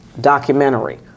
documentary